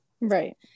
Right